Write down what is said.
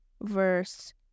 verse